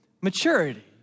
maturity